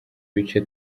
bice